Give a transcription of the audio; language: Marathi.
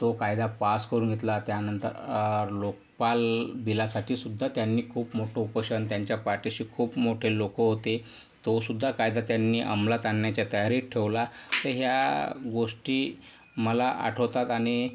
तो कायदा पास करून घेतला त्यानंतर लोकपाल बिलासाठीसुद्धा त्यांनी खूप मोठं उपोषण त्यांच्या पाठीशी खूप मोठे लोक होते तो सुद्धा कायदा त्यांनी अंमलात आणण्याचा तयारीत ठेवला तर ह्या गोष्टी मला आठवतात आणि